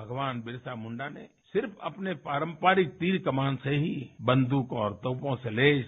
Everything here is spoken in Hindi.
भगवान बिरसा मुंडा ने सिर्फ अपने पारंपरिक तीर कमान से ही बंदूक और तोपों से लैस